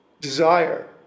desire